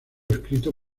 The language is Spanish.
escrito